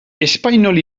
espainol